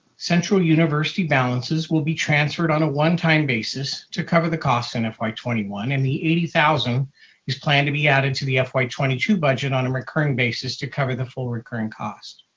central university balances will be transferred on a one-time basis to cover the costs in fy twenty one and the eighty thousand is planned to be added to the fy twenty two budget on a recurring basis to cover the full recurrent cost.